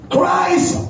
Christ